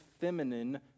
feminine